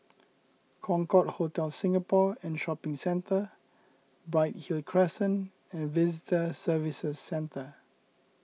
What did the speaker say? Concorde Hotel Singapore and Shopping Centre Bright Hill Crescent and Visitor Services Centre